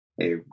Hey